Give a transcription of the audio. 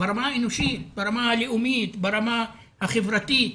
ברמה האנושית, ברמה הלאומית, ברמה החברתית.